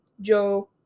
Joe